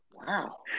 Wow